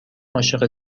عاشق